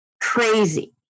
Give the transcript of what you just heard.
crazy